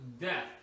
death